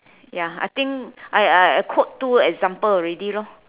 ya I think I I I quote two example already lor